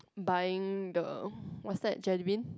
buying the what's that jellybean